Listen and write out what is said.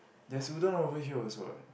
there's udon over here also what